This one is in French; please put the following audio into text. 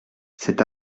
cet